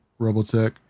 Robotech